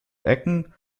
ecken